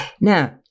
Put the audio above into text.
Now